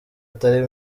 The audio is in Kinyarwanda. atari